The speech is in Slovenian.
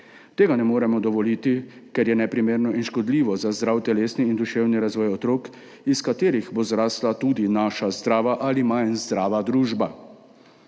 Tega ne moremo dovoliti, ker je neprimerno in škodljivo za zdrav telesni in duševni razvoj otrok, iz katerih bo zrasla tudi naša zdrava ali manj zdrava družba.